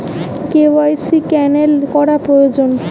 KYC cancel করা প্রয়োজন?